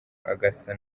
agasa